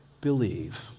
believe